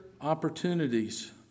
opportunities